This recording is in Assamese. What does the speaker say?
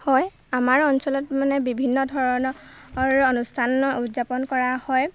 হয় আমাৰ অঞ্চলত মানে বিভিন্ন ধৰণৰ অনুষ্ঠান উদযাপন কৰা হয়